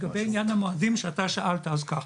לגבי המועדים שאתה שאלה אז כך,